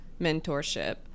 mentorship